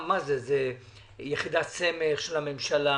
זה יחידת סמך של הממשלה?